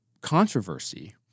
controversy